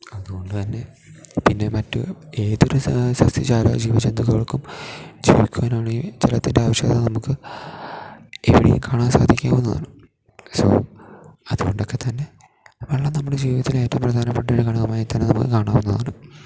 അത് കൊണ്ട് തന്നെ പിന്നെ മറ്റ് ഏതൊരു സസ്യജാല ജീവജന്തുക്കൾക്കും ജീവിക്കുവാനാണെങ്കിൽ ജലത്തിൻ്റെ ആവശ്യകത നമുക്ക് എവിടെയും കാണാൻ സാധിക്കാവുന്നതാണ് സോ അതുകൊണ്ടൊക്കെ തന്നെ വെള്ളം നമ്മുടെ ജീവിതത്തിൽ ഏറ്റവും പ്രധാനപ്പെട്ട ഒരു ഘടകമായി തന്നെ നമുക്ക് കാണാവുന്നതാണ്